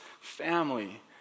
family